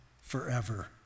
forever